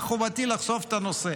חובתי הייתה לחשוף את הנושא.